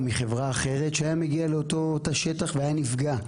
מחברה אחרת שהיה מגיע לאותו תא שטח והיה נפגע.